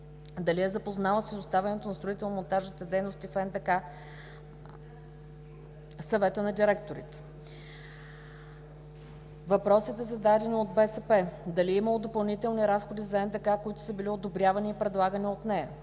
дали е запозната с изоставането на строително-монтажните дейности в НДК Съвета на директорите? Въпроси, зададени от „БСП за България“: дали е имало допълнителни разходи за НДК, които са били одобрявани и предлагани от нея;